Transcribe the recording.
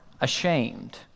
ashamed